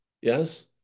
Yes